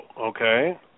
okay